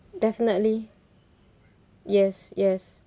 definitely yes yes